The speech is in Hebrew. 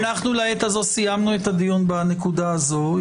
אנחנו לעת הזו סיימנו את הדיון בנקודה הזו.